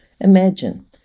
Imagine